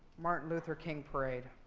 martin luther king parade.